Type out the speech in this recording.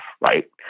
right